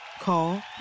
Call